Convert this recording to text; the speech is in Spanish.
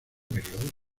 periodo